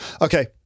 Okay